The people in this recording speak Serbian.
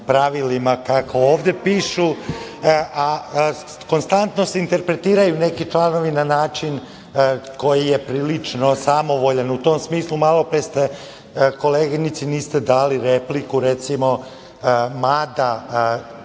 pravilima kako ovde pišu, a konstantno se interpretiraju neki članovi na način koji je prilično samovoljan u tom smislu. Malopre koleginici niste dali repliku, recimo mada